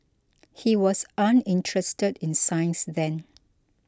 he was uninterested in science then